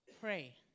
pray